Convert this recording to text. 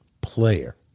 player